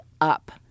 up